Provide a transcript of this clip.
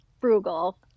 frugal